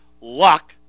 luck